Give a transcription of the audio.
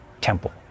temple